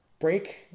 break